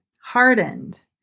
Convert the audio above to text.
hardened